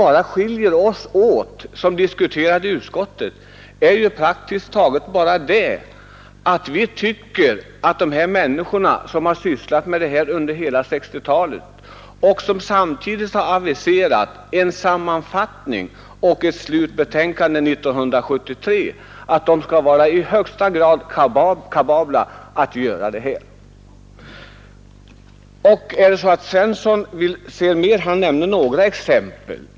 Vad som skiljer oss åt som diskuterade i utskottet är praktiskt taget bara det att vi tycker att de människor som sysslat med den här problematiken under hela 1960-talet och har aviserat en sammanfattning och ett slutbetänkande till 1973 måste vara i högsta grad kapabla att göra denna utredning och sammanfattning. 33 Herr Svensson i Malmö nämnde några exempel.